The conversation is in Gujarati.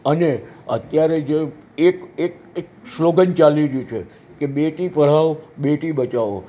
અને અત્યારે જે એક એક એક સ્લોગન ચાલી રહ્યું છે કે બેટી પઢાઓ બેટી બચાવો